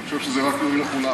אני חושב שזה רק יועיל לכולם.